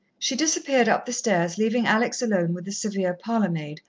she disappeared up the stairs, leaving alex alone with the severe parlour-maid,